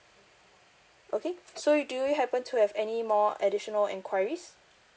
okay so you do you happen to have any more additional enquiries